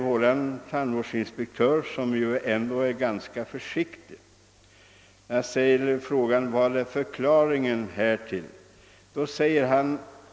Vår tandvårdsinspektör, som ändå är ganska försiktig, har konstaterat att läget under det senaste decenniet påtagligt förbättrats. Han fortsätter: » Vad är förklaringen härtill?